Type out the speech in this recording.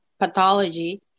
pathology